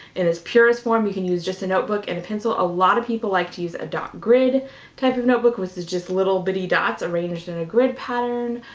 in its purest form, you can use just a notebook and a pencil. a lot of people like to use a dot grid type of notebook, which is just little bitty dots arranged in a grid pattern.